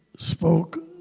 spoke